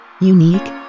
Unique